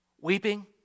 Weeping